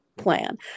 plan